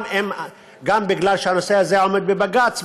גם בגלל שהנושא הזה עומד בבג"ץ,